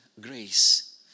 grace